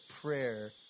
prayer